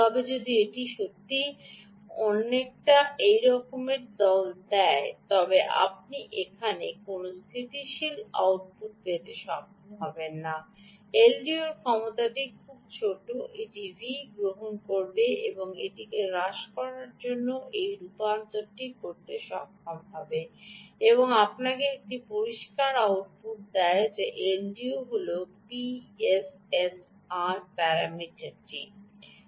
তবে যদি এটি সত্যিই অনেকটা এইরকম দুল দেয় তবে আপনি এখানে কোনও স্থিতিশীল আউটপুট পেতে সক্ষম হবেন না এলডিওর ক্ষমতাটি খুব ছোট একটি V¿ গ্রহণ করার এবং এইটিকে হ্রাস করার এই রূপান্তরটি করার ক্ষমতা রাখে এবং আপনাকে একটি পরিষ্কার আউটপুট দেওয়া হল এলডিও হল পিএসএসআর প্যারামিটারটি হতে হবে